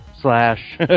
Slash